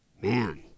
Man